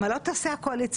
מה לא תעשה הקואליציה.